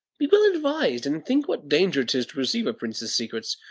be well advis'd, and think what danger tis to receive a prince's secrets.